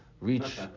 reach